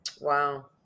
Wow